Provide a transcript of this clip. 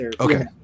Okay